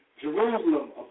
Jerusalem